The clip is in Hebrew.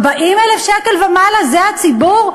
40,000 שקלים ומעלה, זה הציבור?